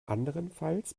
andernfalls